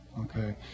Okay